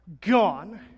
gone